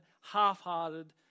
half-hearted